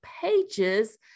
pages